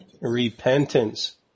Repentance